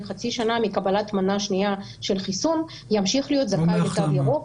חצי שנה מקבלת מנה שנייה של חיסון ימשיך להיות זכאי לתו ירוק.